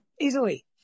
Easily